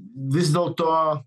vis dėlto